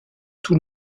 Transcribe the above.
tout